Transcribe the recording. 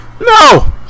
No